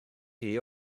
chi